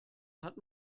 hat